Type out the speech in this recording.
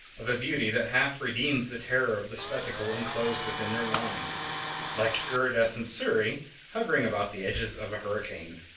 of a beauty that half redeems the terror of the spectacle enclosed within their lines like iridescent cirri hovering about the edges of a hurricane.